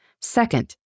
Second